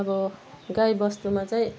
अब गाई बस्तुमा चाहिँ